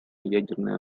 ядерное